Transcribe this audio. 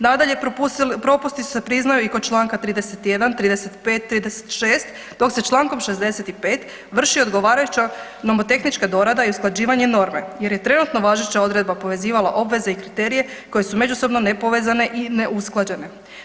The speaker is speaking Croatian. Nadalje, propusti se priznaju i kod članka 31., 35., 36. dok se člankom 65. vrši odgovarajuća nomotehnička dorada i usklađivanje norme, jer je trenutno važeća odredba povezivala obveze i kriterije koje su međusobno nepovezane i neusklađene.